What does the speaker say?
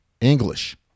English